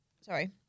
sorry